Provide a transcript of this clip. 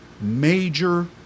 major